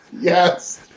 yes